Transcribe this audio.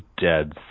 dead